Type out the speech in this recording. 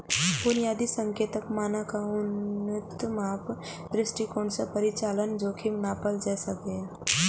बुनियादी संकेतक, मानक आ उन्नत माप दृष्टिकोण सं परिचालन जोखिम नापल जा सकैए